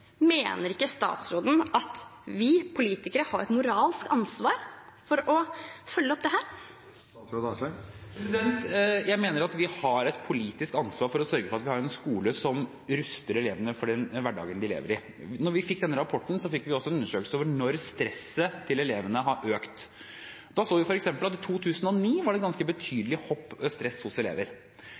Mener ikke statsråden at vi politikere har et moralsk ansvar for å følge opp dette? Jeg mener at vi har et politisk ansvar for å sørge for at vi har en skole som ruster elevene for den hverdagen de lever i. Da vi fikk denne rapporten, fikk vi også resultatene fra en undersøkelse om når elevenes stress har økt. Da så vi f.eks. at det i 2009 var et ganske betydelig hopp i stresset hos elever.